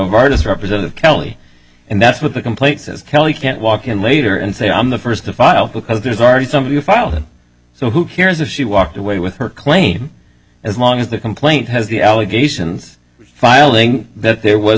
does representative kelly and that's what the complaint says kelly can't walk in later and say i'm the first to file because there's already somebody a filing so who cares if she walked away with her claim as long as the complaint has the allegations the filing that there was